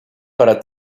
para